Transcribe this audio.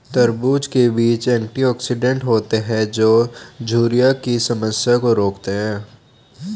तरबूज़ के बीज एंटीऑक्सीडेंट होते है जो झुर्रियों की समस्या को रोकते है